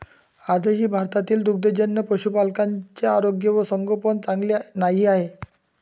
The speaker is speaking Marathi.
आजही भारतीय दुग्धजन्य पशुपालकांचे आरोग्य व संगोपन चांगले नाही आहे